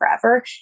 forever